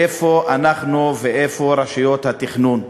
איפה אנחנו ואיפה רשויות התכנון?